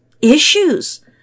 issues